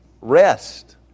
rest